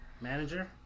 manager